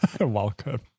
Welcome